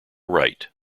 right